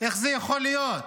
איך זה יכול להיות?